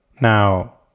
Now